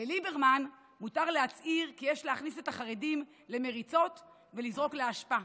לליברמן מותר להצהיר כי יש להכניס את החרדים למריצות ולזרוק לאשפה,